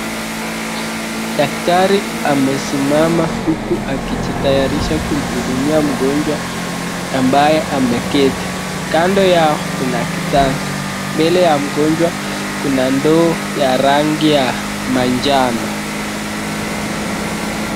Daktari amesimama huku akijitayarisha kumhudumia mgonjwa ambaye ameketi, kando yao kuna kitanda. Mbele ya mgonjwa kuna ndoo ya rangi ya manjano.